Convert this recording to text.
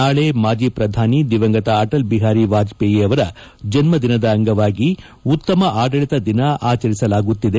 ನಾಳೆ ಮಾಜಿ ಪ್ರಧಾನಿ ದಿವಂಗತ ಅಟಲ್ ಬಿಹಾರಿ ವಾಜಪೇಯಿ ಅವರ ಜನ್ನದಿನದ ಅಂಗವಾಗಿ ಉತ್ತಮ ಆಡಳಿತ ದಿನ ಆಚರಿಸಲಾಗುತ್ತಿದೆ